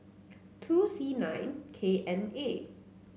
two C nine K N A